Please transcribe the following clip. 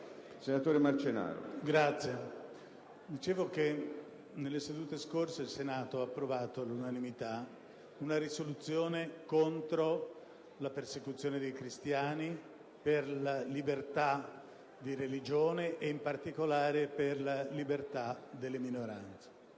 *(PD)*. Signor Presidente, nella scorsa seduta il Senato ha approvato all'unanimità una risoluzione contro la persecuzione dei cristiani, per la libertà di religione ed in particolare per la libertà delle minoranze.